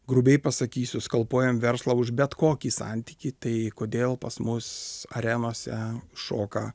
grubiai pasakysiu skalpuojam verslą už bet kokį santykį tai kodėl pas mus arenose šoka